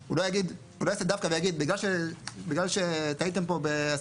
הוא לא יעשה דווקא ויגיד: ״בגלל שטעיתם פה ב-10